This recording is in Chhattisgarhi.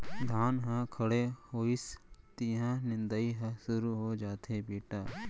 धान ह खड़े होइस तिहॉं निंदई ह सुरू हो जाथे बेटा